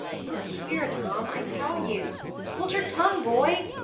look here, tom. i tell you hold your tongue, boy!